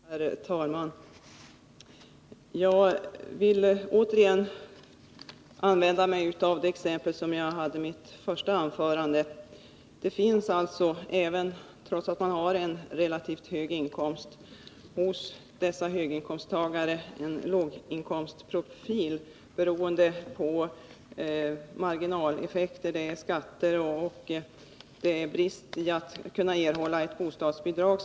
Herr talman! Jag vill återigen använda mig av det exempel som jag hade i mitt första anförande. Det finns alltså, trots att man har en relativt hög inkomst, hos dessa höginkomsttagare en låginkomstprofil, beroende på marginaleffekter i form av skatter och brister i fråga om att kunna erhålla bostadsbidrag.